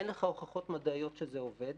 אין לך הוכחות מדעיות שזה עובד,